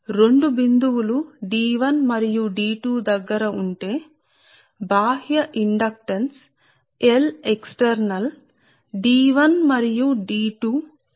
రెండు దూరాలు D1 మరియు D2ఉంటే L బాహ్య అనేది మీ ఈ దూరం D1 మరియు D2 ల ప్రమేయం గా ఉంటుంది